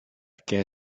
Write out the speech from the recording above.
què